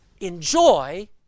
enjoy